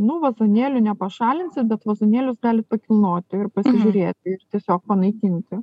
nu vazonėlių nepašalinsit bet vazonėlius galitepakilnoti ir pasižiūrėti ir tiesio panaikinti